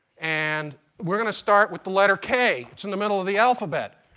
and we're going to start with the letter k. it's in the middle of the alphabet.